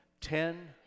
ten